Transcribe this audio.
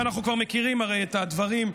אנחנו הרי כבר מכירים את הדברים.